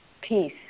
peace